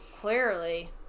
Clearly